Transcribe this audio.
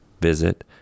Visit